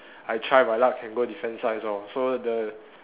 I try my luck can go defence science lor so the